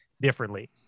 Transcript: differently